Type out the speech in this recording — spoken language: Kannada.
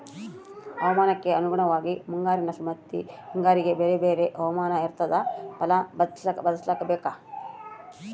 ಹವಾಮಾನಕ್ಕೆ ಅನುಗುಣವಾಗಿ ಮುಂಗಾರಿನ ಮತ್ತಿ ಹಿಂಗಾರಿಗೆ ಬೇರೆ ಬೇರೆ ಹವಾಮಾನ ಇರ್ತಾದ ಫಲ ಬದ್ಲಿಸಬೇಕು